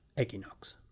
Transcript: equinox